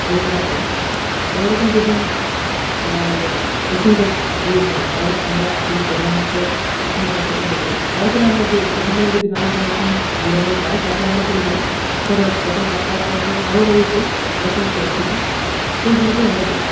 শরীর খারাপ হয় বা কোনওরকম যদি অসুবিধা বোধ হয় তাহলে আমরা সেই প্রধানত প্রাথমিক স্বাস্থ্যকেন্দ্রে যাই তারপরে আমরা যে সেখান থেকে যদি না কোনওরকম নিরাময় পাই তাহলে আমরা চলে যাই সদর হাসপাতাল বা তার পাশে আরও রয়েছে লেপ্রোসি হসপিটাল সেইগুলোতেই আমরা যাই